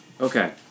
okay